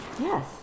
Yes